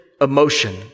emotion